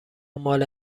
مال